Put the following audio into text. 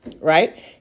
right